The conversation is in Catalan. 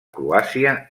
croàcia